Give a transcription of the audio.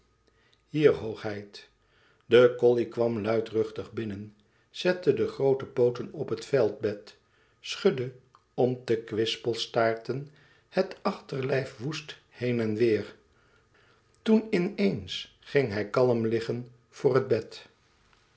hier hoogheid de colley kwam luidruchtig binnen zette de groote pooten op het veldbed schudde om te kwispelstaarten het achterlijf woest heen en weêr toen in eens ging hij kalm liggen voor het bed